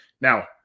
now